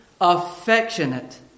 affectionate